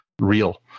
real